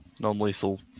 non-lethal